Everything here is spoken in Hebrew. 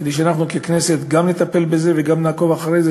כדי שגם אנחנו ככנסת נטפל בזה ונעקוב אחרי זה,